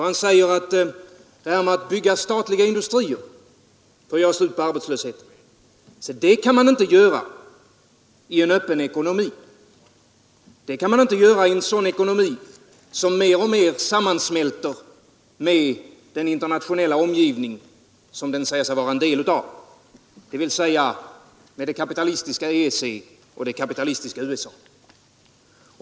Han säger om detta att bygga statliga industrier för att göra slut på arbetslösheten, att det kan man inte göra i en sådan ekonomi som mer och mer sammansmälter med den internationella omgivning som den säger sig vara en del av, dvs. med det kapitalistiska EEC och det kapitalistiska USA.